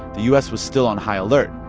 the u s. was still on high alert.